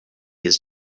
his